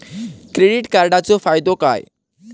Credit कार्डाचो फायदो काय?